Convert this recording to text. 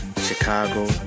Chicago